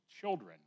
children